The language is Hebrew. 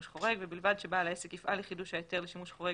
חורג") ובלבד שבעל העסק יפעל לחידוש ההיתר לשימוש חורג